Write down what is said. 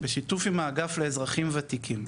בשיתוף עם האגף לאזרחים וותיקים,